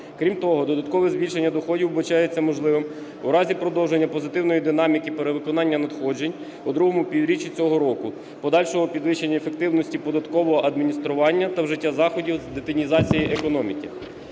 Крім того, додаткове збільшення доходів вбачається можливим в разі продовження позитивної динаміки перевиконання надходжень у другому півріччі цього року, подальшого підвищення ефективності податкового адміністрування та вжиття заходів з детінізації економіки.